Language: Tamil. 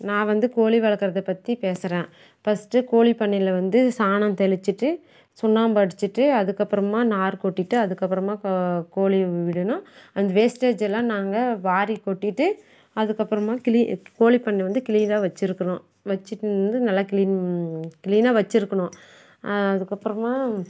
நான் வந்து கோழி வளர்க்கறத பற்றி பேசுகிறேன் ஃபர்ஸ்ட்டு கோழிப் பண்ணையில் வந்து சாணம் தெளிச்சுட்டு சுண்ணாம்பு அடிச்சுட்டு அதுக்கப்புறமா நார் கொட்டிவிட்டு அதுக்கப்புறமா க கோழிய விடணும் அந்த வேஸ்ட்டேஜெல்லாம் நாங்கள் வாரி கொட்டிட்டு அதுக்கப்புறமா க்ளீ கோழிப் பண்ணை வந்து க்ளீனாக வெச்சுருக்கணும் வெச்சிட்டு இருந்து நல்லா க்ளீன் க்ளீனாக வெச்சுருக்கணும் அதுக்கப்புறமா